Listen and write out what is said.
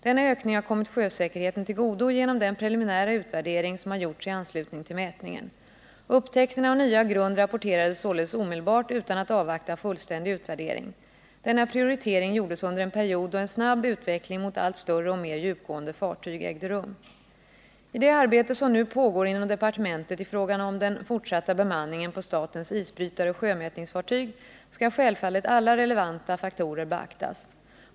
Denna ökning har kommit sjösäkerheten till godo genom den preliminära utvärdering som har gjorts i anslutning till mätningen. Upptäckten av nya grund rapporterades således omedelbart utan att avvakta fullständig utvärdering. Denna prioritering gjordes under en period då en snabb utveckling mot allt större och mer djupgående fartyg ägde rum. I det arbete som nu pågår inom departementet i frågan om den fortsatta bemanningen på statens isbrytare och sjömätningsfartyg skall självfallet alla relevanta faktorer beaktas.